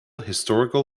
historical